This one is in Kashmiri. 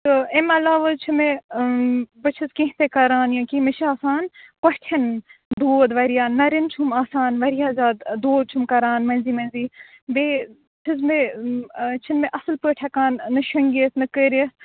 تہٕ اَمہِ علاوٕ حظ چھُ مےٚ بہٕ چھس کیٚنٛہہ تہِ کَران یا کیٚنٛہہ مےٚ چھ آسان کۄٹھٮ۪ن دود واریاہ نَرین چُھم آسان واریاہ زیادٕ دود چُھم کَران مٔنزی مٔنزی بیٚیہِ چھُ مےٚ چھُنہٕ مےٚ اصل پٲٹھۍ ہیٚکان نہٕ شینگِتھ نہٕ کٔرتھ